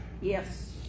yes